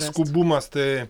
skubumas tai